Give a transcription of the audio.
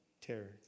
terror